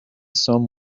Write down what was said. some